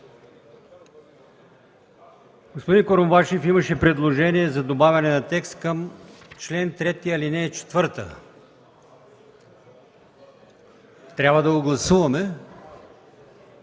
Господин Курумбашев, имаше предложение за добавяне на текст към чл. 3, ал. 4. Трябва да го гласуваме.